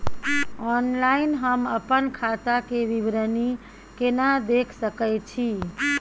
Online हम अपन खाता के विवरणी केना देख सकै छी?